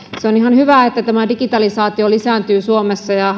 se on ihan hyvä että digitalisaatio lisääntyy suomessa ja